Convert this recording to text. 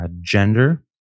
gender